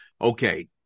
Okay